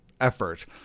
effort